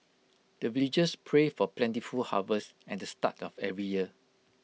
the villagers pray for plentiful harvest at the start of every year